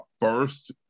first